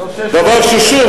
דבר ששוב,